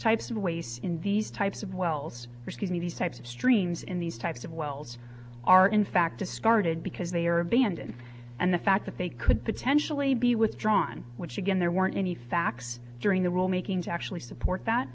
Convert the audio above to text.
types of waste in these types of wells were skinny these types of streams in these types of wells are in fact discarded because they are abandoned and the fact that they could potentially be withdrawn which again there weren't any facts during the rulemaking to actually support that